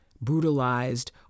brutalized